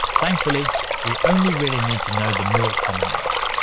thankfully we only really need to know the more common ones.